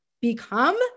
become